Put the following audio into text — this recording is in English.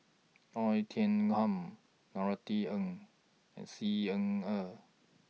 Oei Tiong Ham Norothy Ng and Xi Ying Er